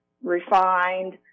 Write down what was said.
refined